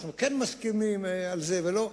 אנחנו כן מסכימים על זה או לא,